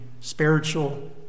spiritual